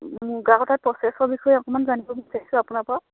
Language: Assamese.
মুগা সূতাৰ প্ৰচেছৰ বিষয়ে অকণমান জানিব বিচাৰিছোঁ আপোনাৰ পৰা